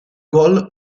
gol